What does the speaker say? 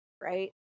right